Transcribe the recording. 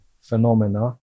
phenomena